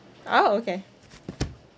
ah okay